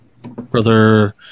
Brother